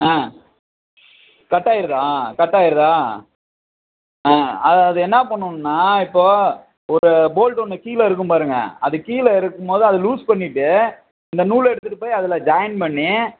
ஆ கட்டாயிடுதா கட்டாயிடுதா ஆ அது என்ன பண்ணும்னா இப்போது ஒரு போல்டு ஒன்று கீழே இருக்கும் பாருங்கள் அது கீழே இருக்கும் போது அது லூஸ் பண்ணிட்டு இந்த நூல் எடுத்துட்டு போய் அதில் ஜாயின் பண்ணி